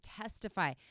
testify